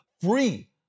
free